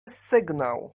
sygnał